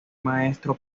maestro